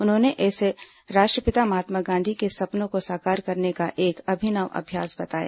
उन्होंने इसे राष्ट्रपिता महात्मा गांधी के सपनों को साकार करने का एक अभिनव अभ्यास बताया